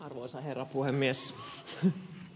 arvoisa herra puhemies